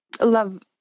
love